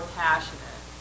passionate